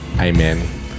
Amen